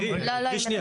קרן, שנייה.